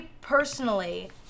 personally